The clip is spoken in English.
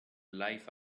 life